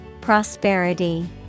Prosperity